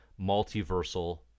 multiversal